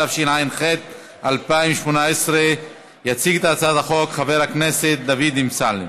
התשע"ח 2018. יציג את הצעת החוק חבר הכנסת דוד אמסלם.